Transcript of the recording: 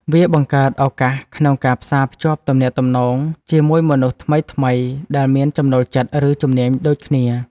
វាបង្កើតឱកាសក្នុងការផ្សារភ្ជាប់ទំនាក់ទំនងជាមួយមនុស្សថ្មីៗដែលមានចំណូលចិត្ត ឬជំនាញដូចគ្នា។